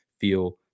feel